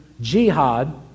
jihad